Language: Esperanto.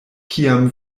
kiam